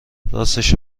راستشو